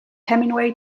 hemingway